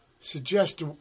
suggest